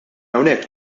hawnhekk